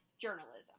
journalism